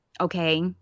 okay